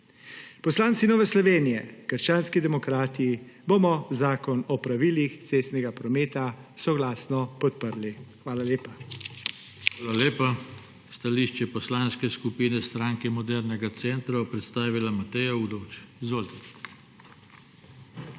Poslanci Nove Slovenije – krščanski demokrati bomo zakon o pravilih cestnega prometa soglasno podprli. Hvala lepa. PODPREDSEDNIK JOŽE TANKO: Hvala lepa. Stališče Poslanske skupine Stranke modernega centra bo predstavila Mateja Udovč. Izvolite. MATEJA